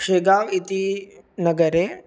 शेगाव् इति नगरे